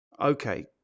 Okay